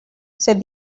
said